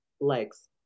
legs